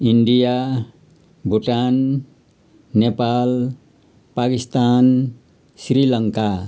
India Bhutan Nepal Pakistan Sri Lanka